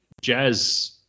Jazz